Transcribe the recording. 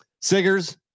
Siggers